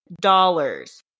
dollars